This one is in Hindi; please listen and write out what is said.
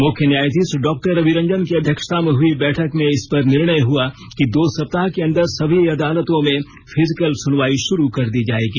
मुख्य न्यायाधीश डॉ रवि रंजन की अध्यक्षता में हुई बैठक में इस पर निर्णय हुआ कि दो सप्ताह के अंदर सभी अदालतों में फिजिकल सुनवाई शुरू कर दी जाएगी